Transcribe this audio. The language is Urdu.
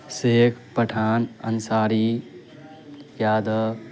شیخ پٹھان انصاری یادو